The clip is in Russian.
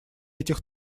этих